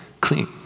clean